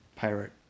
Pirate